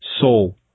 soul